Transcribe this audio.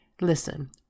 Listen